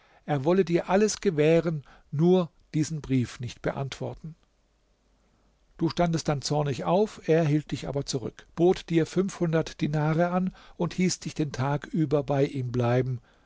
er wolle dir alles gewähren nur diesen brief nicht beantworten du standest dann zornig auf er hielt dich aber zurück bot dir fünfhundert dinare an und hieß dich den tag über bei ihm bleiben